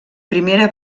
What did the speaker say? primera